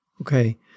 Okay